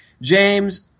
James